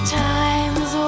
times